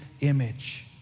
image